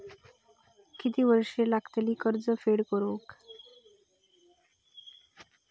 किती वर्षे लागतली कर्ज फेड होऊक?